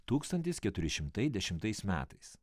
tūkstantis keturi šimtai dešimtais metais